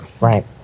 Right